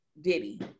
Diddy